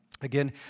Again